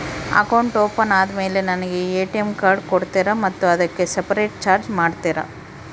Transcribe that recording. Account open ಆದಮೇಲೆ ನನಗೆ ATM card ಕೊಡ್ತೇರಾ ಮತ್ತು ಅದಕ್ಕೆ ಸಪರೇಟ್ ಚಾರ್ಜ್ ಮಾಡ್ತೇರಾ?